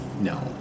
no